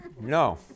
No